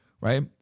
Right